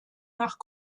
nach